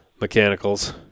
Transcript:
mechanicals